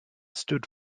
stood